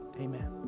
Amen